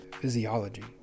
physiology